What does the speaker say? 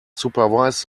supervise